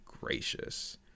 gracious